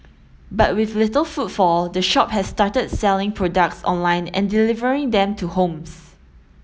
but with little footfall the shop has started selling products online and delivering them to homes